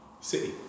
City